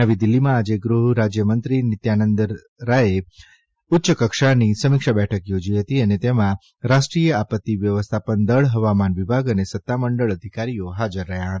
નવી દીલ્ફીમાં આજે ગૃહરાજ્યમંત્રી નિત્યાનંદ રાથે ઉચ્ચકક્ષાની સમીક્ષા બેઠક યોજી હતી અને તેમાં રાષ્ટ્રિય આપત્તિ વ્યવસ્થાપન દળ હવામાન વિભાગ અને સત્તામંડળ અધિકારીઓ હાજર રહ્યા હતા